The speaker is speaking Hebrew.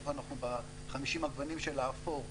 איפה אנחנו ב-50 הגוונים של האפור,